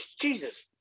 Jesus